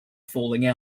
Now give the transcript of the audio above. falling